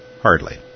Hardly